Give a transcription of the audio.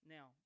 Now